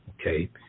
okay